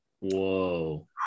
Whoa